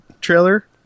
trailer